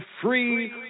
Free